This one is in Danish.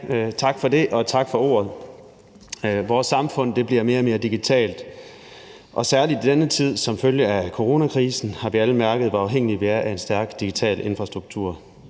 Tak for det og tak for ordet. Vores samfund bliver mere og mere digitalt, og særlig i denne tid som følge af coronakrisen har vi alle mærket, hvor afhængige vi er af en stærk digital infrastruktur.